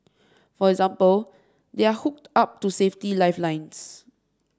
for example they are hooked up to safety lifelines